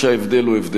יהיו חלק מאותה